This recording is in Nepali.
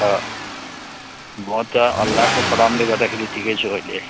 म त अल्लाहको करमले गर्दाखेरि ठिकै छु अहिले